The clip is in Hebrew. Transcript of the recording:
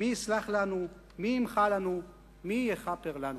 מי יסלח לנו, מי ימחל לנו, מי יכפר לנו?